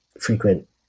frequent